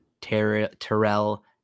Terrell